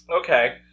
Okay